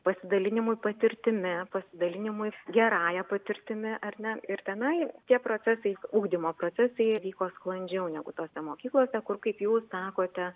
pasidalinimui patirtimi pasidalinimui gerąja patirtimi ar ne ir tenai tie procesai ugdymo procesai jie vyko sklandžiau negu tose mokyklose kur kaip jūs sakote